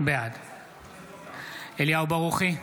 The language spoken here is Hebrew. בעד אליהו ברוכי,